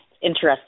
interesting